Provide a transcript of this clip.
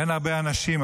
אין הרבה אנשים,